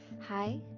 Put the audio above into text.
Hi